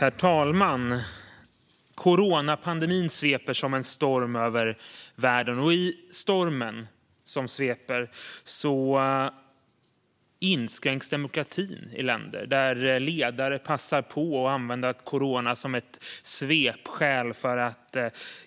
Herr talman! Coronapandemin sveper som en storm över världen. I denna storm inskränks demokratin i länder, där ledare passar på att använda corona som ett svepskäl för att